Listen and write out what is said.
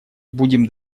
будем